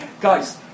guys